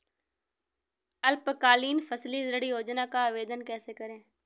अल्पकालीन फसली ऋण योजना का आवेदन कैसे करें?